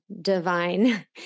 divine